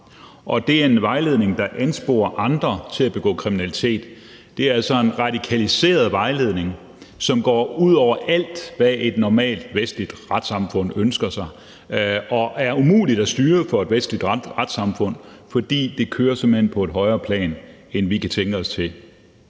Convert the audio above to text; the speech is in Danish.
og det er en vejledning, der ansporer andre til at begå kriminalitet. Det er altså en radikaliseret vejledning, som går ud over alt, hvad et normalt vestligt retssamfund ønsker sig, og som er umuligt at styre for et vestligt retssamfund, fordi det simpelt hen kører på et højere plan, end vi kan tænke os til.